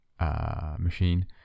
machine